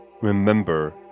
Remember